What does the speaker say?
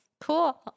cool